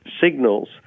signals